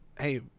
hey